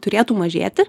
turėtų mažėti